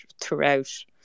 throughout